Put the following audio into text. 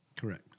Correct